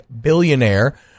billionaire